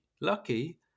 lucky